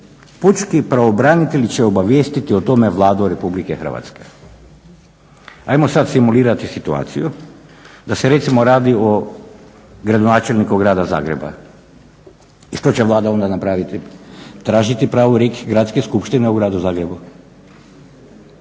pučki pravobranitelj će obavijestiti o tome Vladu Republike Hrvatske. Ajmo sad simulirati situaciju da se recimo radi o gradonačelniku Grada Zagreba. Što će Vlada onda napraviti, tražiti pravorijek Gradske skupštine u Gradu Zagrebu?